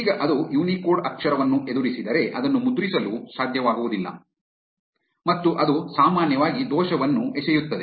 ಈಗ ಅದು ಯುನಿಕೋಡ್ ಅಕ್ಷರವನ್ನು ಎದುರಿಸಿದರೆ ಅದನ್ನು ಮುದ್ರಿಸಲು ಸಾಧ್ಯವಾಗುವುದಿಲ್ಲ ಮತ್ತು ಅದು ಸಾಮಾನ್ಯವಾಗಿ ದೋಷವನ್ನು ಎಸೆಯುತ್ತದೆ